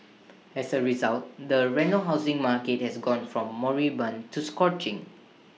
as A result the Reno housing market has gone from moribund to scorching